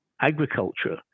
agriculture